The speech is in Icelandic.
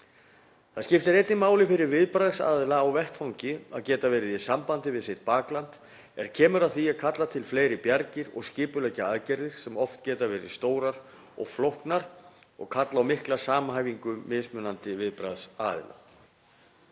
Það skiptir einnig máli fyrir viðbragðsaðila á vettvangi að geta verið í sambandi við sitt bakland er kemur að því að kalla til fleiri bjargir og skipuleggja aðgerðir sem oft geta verið stórar og flóknar og kalla á mikla samhæfingu mismunandi viðbragðsaðila.